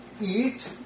eat